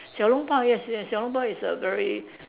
小笼包 yes yes 小笼包 is a very